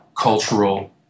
cultural